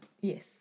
Yes